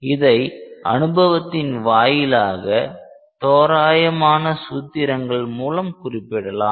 இதை அனுபவத்தின் வாயிலாக தோராயமான சூத்திரங்கள் மூலம் குறிப்பிடலாம்